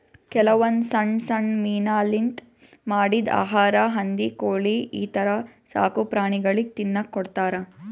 ಕೆಲವೊಂದ್ ಸಣ್ಣ್ ಸಣ್ಣ್ ಮೀನಾಲಿಂತ್ ಮಾಡಿದ್ದ್ ಆಹಾರಾ ಹಂದಿ ಕೋಳಿ ಈಥರ ಸಾಕುಪ್ರಾಣಿಗಳಿಗ್ ತಿನ್ನಕ್ಕ್ ಕೊಡ್ತಾರಾ